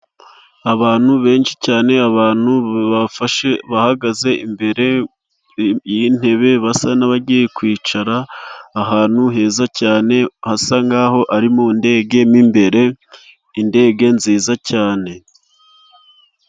Abantu benshi cyane, abantu bafashe bahagaze imbere y'intebe basa n'abagiye kwicara ahantu heza cyane, hasa nk'aho ari mu ndege mu imbere indege nziza cyane.